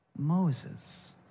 Moses